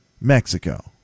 Mexico